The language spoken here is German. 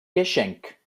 geschenk